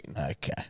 Okay